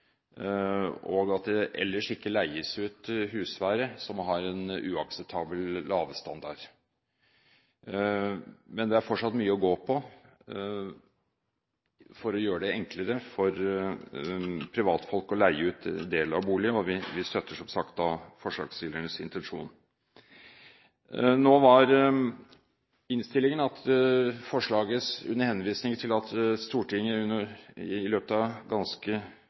Det bør ellers heller ikke leies ut husvære som har en uakseptabelt lav standard. Men det er fortsatt mye å gå på for å gjøre det enklere for privatfolk å leie ut en del av boligen, og vi støtter som sagt forslagsstillernes intensjon. I innstillingen ble det vist til at Stortinget i løpet av ganske